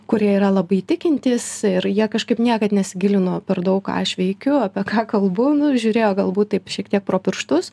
kurie yra labai tikintys ir jie kažkaip niekad nesigilino per daug ką aš veikiu apie ką kalbu nu žiūrėjo galbūt taip šiek tiek pro pirštus